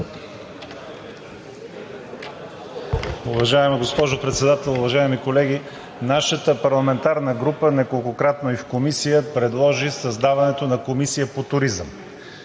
Уважаема госпожо Председател, уважаеми колеги! Нашата парламентарна група неколкократно и в Комисия предложи създаването на Комисия по туризъм.